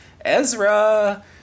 Ezra